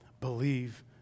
Believe